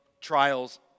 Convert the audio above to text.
trials